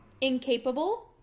Incapable